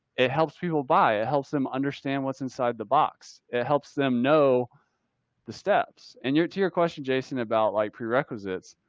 it helps people buy, helps them understand what's inside the box. it helps them know the steps. and your, to your question, jason, about like prerequisites,